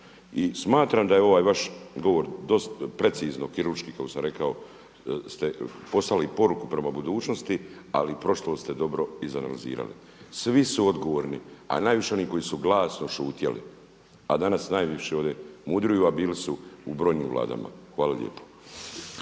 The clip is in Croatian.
I smatram da je ovaj vaš govor precizno kirurški kako sam rekao ste poslali poruku prema budućnosti, ali prošlost ste dobro izanalizirali. Svi su odgovorni, a najviše oni koji su glasno šutjeli, a danas najviše ovdje mudruju, a bili su u brojnim Vladama. Hvala lijepo.